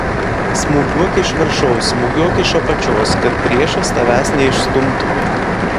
smūgiuok iš viršaus smūgiuok iš apačios kad priešas tavęs neišstumtų